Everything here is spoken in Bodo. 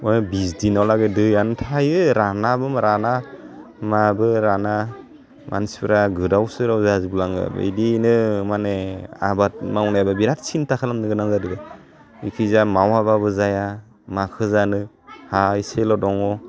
माने बिसदिनाव लागै दैयानो थायो रानाबो राना माबो राना मानसिफ्रा गोदाव सोराव जाजोबलाङो बिदियैनो माने आबाद मावनायबा बिराद सिन्था खालामनो गोनां जादो जिखिजाया मावाबाबो जाया माखौ जानो हा इसेल' दङ